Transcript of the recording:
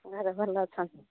ଘରେ ଭଲ ଅଛନ୍ତି